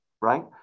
right